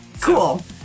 Cool